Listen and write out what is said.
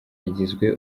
yagizwe